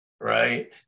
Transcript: right